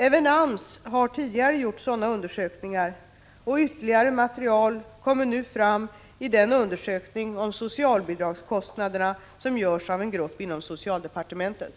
Även AMS har tidigare gjort sådana undersökningar, och ytterligare material kommer nu fram i den undersökning om socialbidragskostnaderna som görs av en grupp inom socialdepartementet.